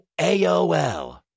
AOL